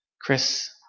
Chris